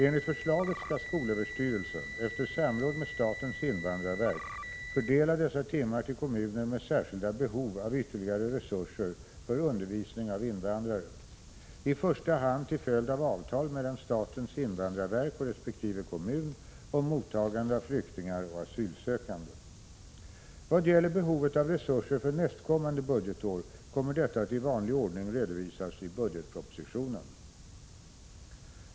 Enligt förslaget skall skolöverstyrelsen, efter samråd med statens invandrarverk, fördela dessa timmar till kommuner med särskilda behov av ytterligare resurser för undervisning av invandrare, i första hand till följd av avtal mellan statens invandrarverk och resp. kommun om mottagande av flyktingar och asylsökande. Vad gäller behovet av resurser för nästkommande budgetår kommer detta att i vanlig ordning redovisas i budgetpropositionen.